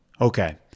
Okay